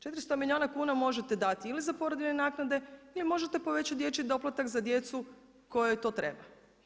400 milijuna kuna možete dati ili za porodiljne naknade ili možete povećati dječji doplatak za djecu kojoj to treba.